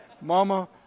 Mama